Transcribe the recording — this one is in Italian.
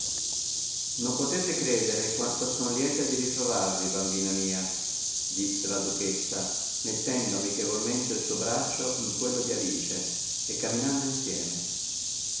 non potete credere quanto son lieta di ritrovarvi bambina mia disse la duchessa mettendo amichevolmente il suo braccio in quello di alice e camminando insieme